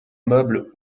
meuble